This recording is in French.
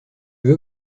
veux